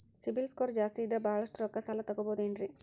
CIBIL score ಜಾಸ್ತಿ ಇದ್ರ ಬಹಳಷ್ಟು ರೊಕ್ಕ ಸಾಲ ತಗೋಬಹುದು ಏನ್ರಿ?